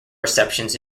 receptions